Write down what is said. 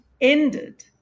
ended